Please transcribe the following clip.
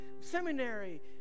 seminary